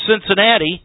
Cincinnati